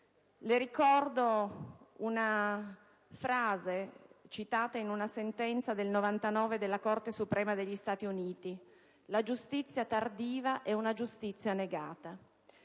Le ricordo la frase citata in una sentenza del 1999 della Corte suprema degli Stati Uniti: «Giustizia tardiva, giustizia negata».